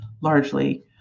largely